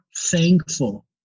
thankful